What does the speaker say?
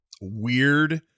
weird